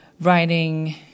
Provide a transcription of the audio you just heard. writing